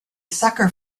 sucker